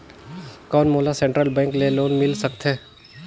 कौन मोला Central Bank ले लोन मिल सकथे?